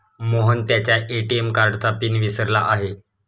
मोहन त्याच्या ए.टी.एम कार्डचा पिन विसरला आहे